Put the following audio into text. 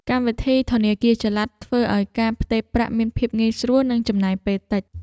កម្មវិធីធនាគារចល័ត ធ្វើឱ្យការផ្ទេរប្រាក់មានភាពងាយស្រួល និងចំណាយពេលតិច។